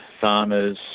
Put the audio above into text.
farmers